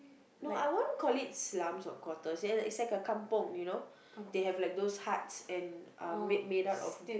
no I won't call it slums or quarters is like a kampung you know they have like those huts and uh made made up of